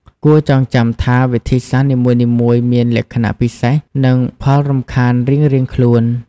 គួរចងចាំថា វិធីសាស្ត្រនីមួយៗមានលក្ខណៈពិសេស និងផលរំខានរៀងៗខ្លួន។